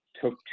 took